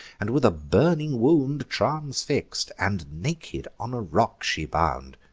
and with a burning wound transfix'd, and naked, on a rock she bound.